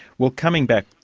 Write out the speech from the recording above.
well, coming back,